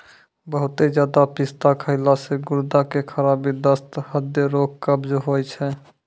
बहुते ज्यादा पिस्ता खैला से गुर्दा के खराबी, दस्त, हृदय रोग, कब्ज होय छै